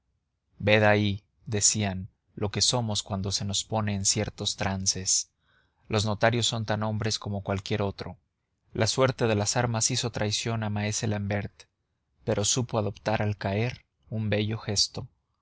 ved ahí decían lo que somos cuando se nos pone en ciertos trances los notarios son tan hombres como cualquier otro la suerte de las armas hizo traición a maese l'ambert pero supo adoptar al caer un bello gesto